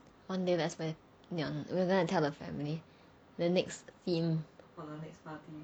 one day let's plan it on we are going to tell the family the next theme